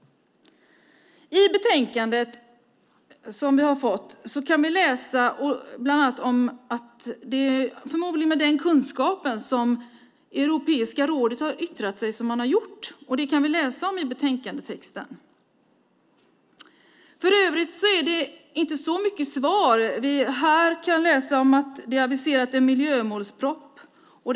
Det är förmodligen med den kunskapen som Europeiska rådet har yttrat sig som man har gjort. Det kan vi läsa om i betänkandetexten. För övrigt är det inte så mycket svar. Vi kan läsa om att det har aviserats en miljömålsproposition.